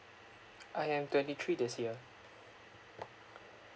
I am twenty three this year